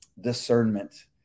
discernment